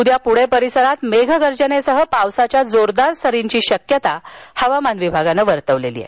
उद्या पुणे परिसरात मेघगर्जनेसह पावसाच्या सरींची शक्यता हवामान विभागान वर्तवली आहे